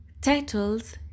titles